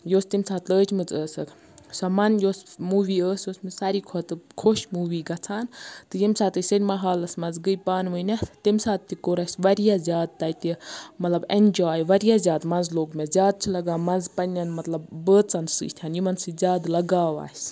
یۅس تمہِ ساتہٕ لٲجمٕژ ٲسٕکھ سۄ مَن یۅس موٗوِی ٲسۍ سۅ چھِ مےٚ ساروٕے کھۄتہٕ خۄش موٗوِی گَژھان تہٕ ییٚمہِ ساتہٕ ٲسۍ سینما ہالَس مَنٛز گٔے پانہٕ وٲنۍ نا تمہِ ساتہٕ تہِ کوٚر اَسہِ واریاہ زیادٕ تَتہِ مَطلَب ایٚنجاے واریاہ زیاد مَزٕ لوٚگ مےٚ زیاد چھِ لَگان مَزٕ پننن مَطلَب بٲژَن سۭتۍ یِمَن سۭتۍ زیاد لَگاو آسہِ